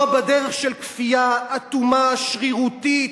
לא בדרך של כפייה אטומה, שרירותית,